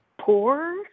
Poor